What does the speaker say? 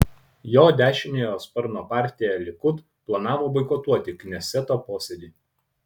jo dešiniojo sparno partija likud planavo boikotuoti kneseto posėdį